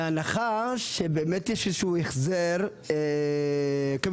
בהנחה שבאמת יש איזה שהוא החזר כמתבקש,